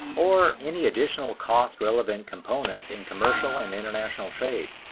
or any additional cost-relevant components in commercial and international trade.